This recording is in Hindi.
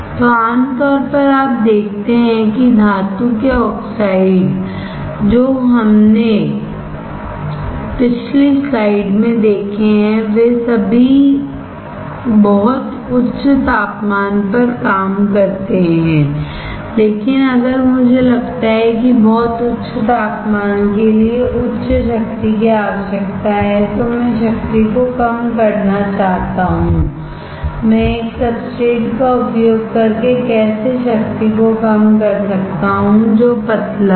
तो आम तौर पर आप देखते हैं कि धातु के आक्साइड जो हमने पिछली स्लाइड में देखे हैं वे सभी बहुत उच्च तापमान पर काम करते हैं लेकिन अगर मुझे लगता है कि बहुत उच्च तापमान के लिए उच्च शक्ति की आवश्यकता है तो मैं शक्ति को कम करना चाहता हूं मैं एक सब्सट्रेट का उपयोग करके कैसे शक्ति को कम कर सकता हूं जो पतला है